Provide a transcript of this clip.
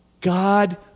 God